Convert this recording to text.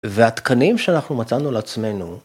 ‫והתקנים שאנחנו מצאנו לעצמנו...